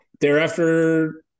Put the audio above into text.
thereafter